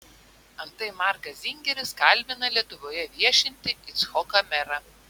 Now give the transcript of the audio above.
antai markas zingeris kalbina lietuvoje viešintį icchoką merą